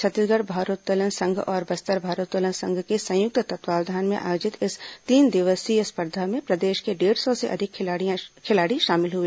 छत्तीसगढ़ भारोत्तोलन संघ और बस्तर भारत्तोलन संघ के संयुक्त तत्वावधान में आयोजित इस तीन दिवसीय स्पर्धा में प्रदेश के डेढ़ सौ से अधिक खिलाड़ी शामिल हुए